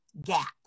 gap